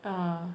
uh